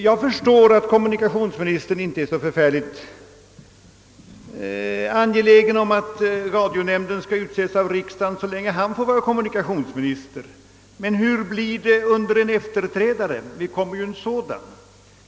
Jag förstår att kommunikationsministern inte är så förfärligt angelägen om att radionämnden skall utses av riksdagen så länge han får vara kommunikationsminister. Men hur blir det under en efterträdare från ett annat parti?